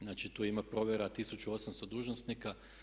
Znači, tu ima provjera 1800 dužnosnika.